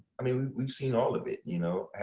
i mean we've seen all of it you know?